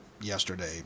yesterday